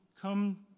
come